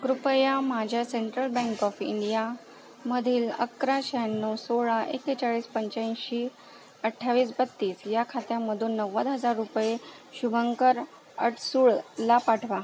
कृपया माझ्या central bank of इंडियामधील अकरा शहाण्णव सोळा एक्केचाळीस पंच्याऐंशी अठ्ठावीस बत्तीस या खात्यामधून नव्वद हजार रुपये शुभंकर अडसूळला पाठवा